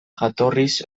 jatorriz